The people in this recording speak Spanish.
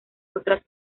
otras